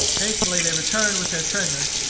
hastily they returned with their treasure,